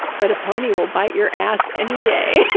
but a pony will bite your ass any day.